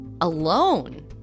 alone